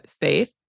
faith